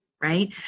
right